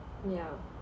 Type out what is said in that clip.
yeah